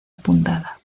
apuntada